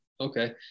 Okay